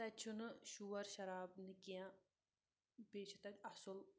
تَتہِ چھُ نہٕ شور شرابہٕ نہٕ کیٚنٛہہ بیٚیہِ چھُ تَتہِ اَصٕل